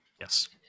Yes